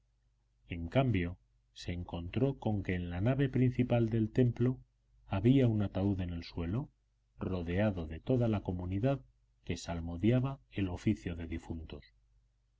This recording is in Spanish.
en cambio se encontró con que en la nave principal del templo había un ataúd en el suelo rodeado de toda la comunidad que salmodiaba el oficio de difuntos